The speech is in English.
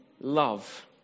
love